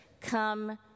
come